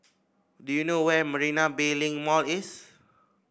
do you know where Marina Bay Link Mall is